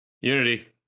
Unity